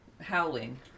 Howling